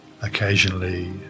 Occasionally